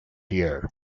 year